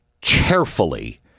carefully